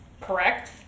Correct